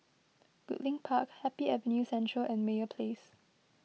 Goodlink Park Happy Avenue Central and Meyer Place